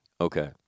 okay